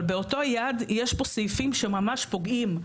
אבל באותה יד, יש פה סעיפים שממש פוגעים.